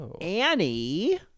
Annie